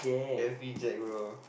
happy jack bro